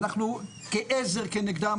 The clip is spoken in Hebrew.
אנחנו כעזר כנגדם,